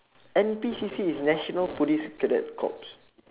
N_P_C_C is national police cadet corps